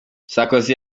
sarkozy